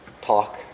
talk